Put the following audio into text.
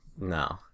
No